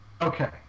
Okay